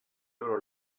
loro